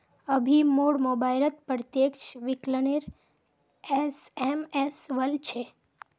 अभी मोर मोबाइलत प्रत्यक्ष विकलनेर एस.एम.एस वल छ